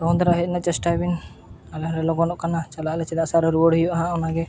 ᱞᱚᱜᱚᱱ ᱫᱷᱟᱨᱟ ᱦᱮᱡ ᱨᱮᱱᱟᱜ ᱪᱮᱥᱴᱟᱭᱵᱤᱱ ᱟᱞᱮ ᱦᱚᱞᱮ ᱞᱚᱜᱚᱱᱚᱜ ᱠᱟᱱᱟ ᱪᱟᱞᱟᱜ ᱟᱞᱮ ᱪᱮᱫᱟᱜ ᱥᱮ ᱨᱩᱣᱟᱹᱲ ᱦᱩᱭᱩᱜᱼᱟ ᱚᱱᱠᱟᱜᱮ